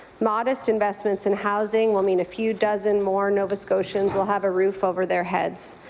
modest investments in housing will mean a few dozen more nova scotians will have a roof over their heads.